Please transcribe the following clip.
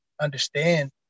understand